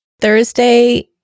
Thursday